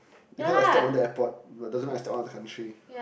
because I step on the airport but doesn't mean I step on the country